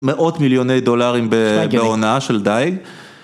מאות מיליוני דולרים בהונאה של דייג.